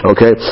Okay